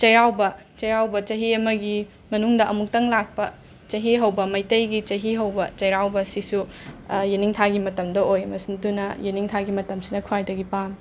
ꯆꯩꯔꯥꯎꯕ ꯆꯩꯔꯥꯎꯕ ꯆꯍꯤ ꯑꯃꯒꯤ ꯃꯅꯨꯡꯗ ꯑꯃꯨꯛꯇꯪ ꯂꯥꯛꯄ ꯆꯍꯤ ꯍꯧꯕ ꯃꯩꯇꯩꯒꯤ ꯆꯍꯤ ꯍꯧꯕ ꯆꯩꯔꯥꯎꯕꯁꯤꯁꯨ ꯌꯦꯟꯅꯤꯡꯊꯥꯒꯤ ꯃꯇꯝꯗ ꯑꯣꯏ ꯃꯁꯤ ꯗꯨꯅ ꯌꯦꯟꯅꯤꯡꯊꯥꯒꯤ ꯃꯇꯝꯁꯤꯅ ꯈ꯭ꯋꯥꯏꯗꯒꯤ ꯄꯥꯝꯏ